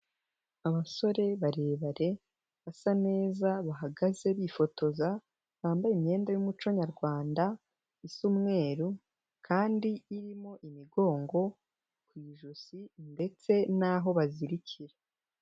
Abasore barebare, basa neza bahagaze bifotoza, bambaye imyenda y'umuco nyarwanda, isa umweru kandi irimo imigongo ku ijosi ndetse n'aho bazirikira.